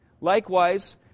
Likewise